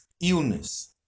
illness